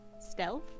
stealth